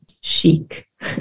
chic